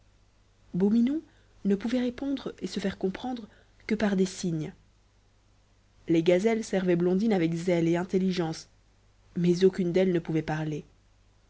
beau minon ne pouvait répondre et se faire comprendre que par des signes les gazelles servaient blondine avec zèle et intelligence mais aucune d'elles ne pouvait parler